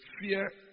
fear